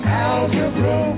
algebra